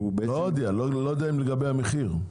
לא יודע אם זה לגבי המחיר.